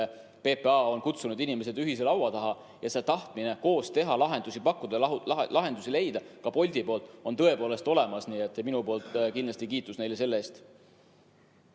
PPA on kutsunud inimesed ühise laua taha ja see tahtmine koos teha, lahendusi pakkuda, lahendusi leida on ka Boltil tõepoolest olemas. Nii et minu poolt kindlasti kiitus neile selle